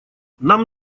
нам